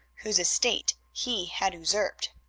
whose estate he had usurped.